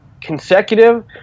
consecutive